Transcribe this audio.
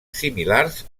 similars